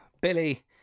Billy